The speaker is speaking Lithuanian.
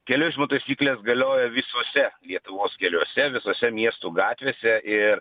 kelių eismo taisyklės galioja visuose lietuvos keliuose visose miestų gatvėse ir